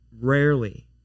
Rarely